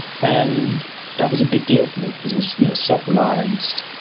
and that was a big deal for me, because it was you know self-reliance,